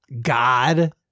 God